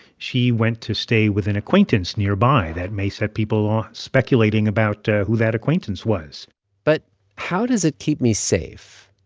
she went to stay with an acquaintance nearby. that may set people um speculating about who that acquaintance was but how does it keep me safe?